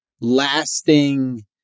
lasting